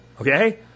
Okay